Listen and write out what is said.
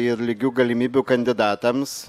ir lygių galimybių kandidatams